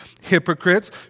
hypocrites